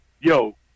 Yo